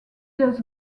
does